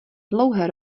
dlouhé